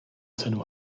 cenu